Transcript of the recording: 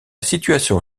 situation